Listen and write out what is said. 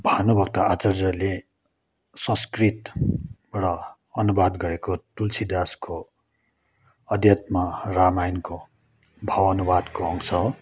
भानुभक्त आचार्यले संस्कृतबाट अनुबाद गरेको तुलसी दासको अध्यात्म रामायणको भाव अनुवादको अंश हो